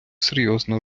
серйозна